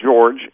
George